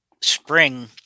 spring